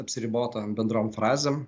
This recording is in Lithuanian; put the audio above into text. apsiribota bendrom frazėm